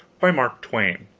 by mark twain